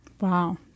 Wow